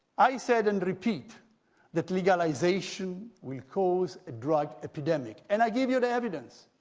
i said and repeat that legalization will cause a drug epidemic. and i gave you the evidence,